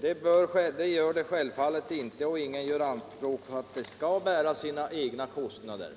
Det gör det självfallet inte. Ingen gör heller anspråk på att det skall bära sina egna kostnader.